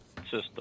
system